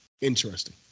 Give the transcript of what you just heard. interesting